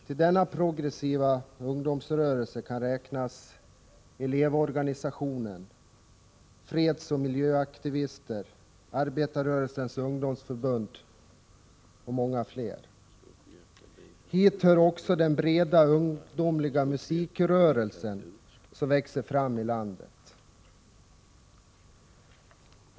Till denna breda progressiva ungdomsrörelse kan räknas Elevorganisationen, fredsoch miljöaktivister, arbetarrörelsens ungdomsförbund och många fler. Hit hör också den breda ungdomliga musikrörelse som växer fram i landet.